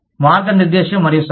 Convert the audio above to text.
మార్గనిర్దేశం మరియు సలహా